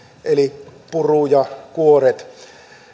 eli puru ja kuoret